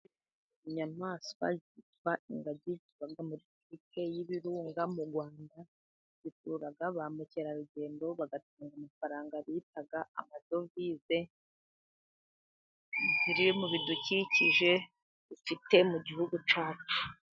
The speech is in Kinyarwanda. Inyamaswa zitwa ingagi zitwanga amatiki y'ibirunga mu rwanda zikururaga ba mukerarugendo bagatunga amafaranga bitaga amadovize ziri mu bidukikijefite mu gihugu cacu.